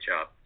job